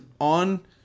on